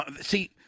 See